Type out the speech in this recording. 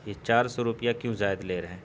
یہ چار سو روپیہ کیوں زائد لے رہے ہیں